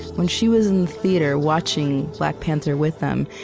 when she was in the theater watching black panther with them,